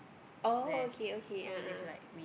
oh okay okay a'ah a'ah